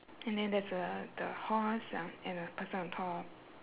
and then there's uh the horse ah and a person on top